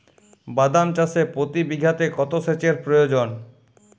বাদাম চাষে প্রতি বিঘাতে কত সেচের প্রয়োজন?